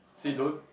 cause